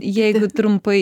jei trumpai